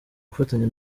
gufatanya